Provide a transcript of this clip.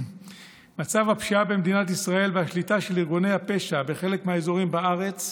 מצב הפשיעה במדינת ישראל והקליטה של ארגוני הפשע בחלק מהאזורים בארץ,